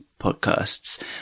Podcasts